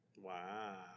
Wow